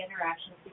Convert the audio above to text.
interactions